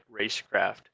racecraft